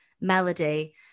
melody